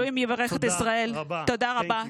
אלוהים יברך את ישראל.) תודה רבה.